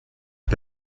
n’a